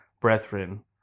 brethren